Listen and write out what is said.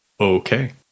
Okay